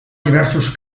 diversos